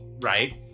right